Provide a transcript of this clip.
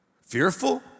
Fearful